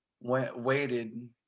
waited